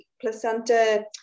placenta